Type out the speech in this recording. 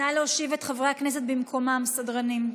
נא להושיב את חברי הכנסת במקומם, סדרנים.